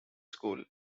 school